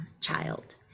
child